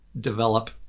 develop